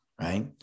right